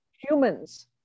humans